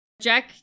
Jack